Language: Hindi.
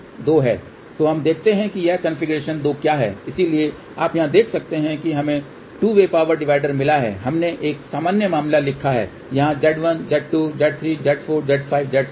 तो हम देखते हैं कि यह कॉन्फ़िगरेशन 2 क्या है इसलिए आप यहां देख सकते हैं कि हमें 2 वे पावर डिवाइडर मिला है हमने एक सामान्य मामला लिखा है जहां Z1 Z2 Z3 Z4 Z5 Z6